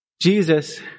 Jesus